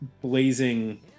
blazing